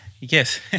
Yes